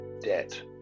debt